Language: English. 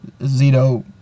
Zito